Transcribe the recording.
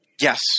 Yes